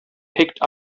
picked